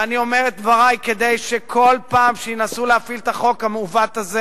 ואני אומר את דברי כדי שכל פעם שינסו להפעיל את החוק המעוות הזה,